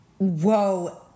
Whoa